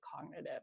cognitive